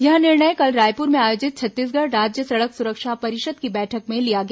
यह निर्णय कल रायपुर में आयोजित छत्तीसगढ़ राज्य सड़क सुरक्षा परिषद की बैठक में लिया गया